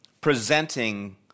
presenting